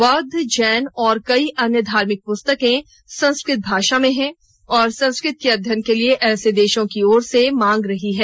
बौद्ध जैन और कई अन्य धार्मिक पुस्तकें संस्कृत भाषा में हैं और संस्कृत के अध्ययन के लिए ऐसे देशों की ओर से मांग रही है